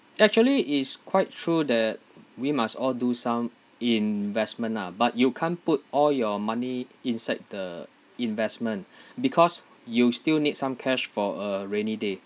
actually it's quite true that we must all do some investment lah but you can't put all your money inside the investment because you still need some cash for a rainy day